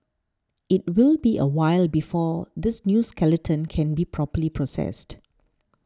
it will be a while before this new skeleton can be properly processed